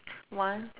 one